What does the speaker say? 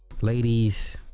Ladies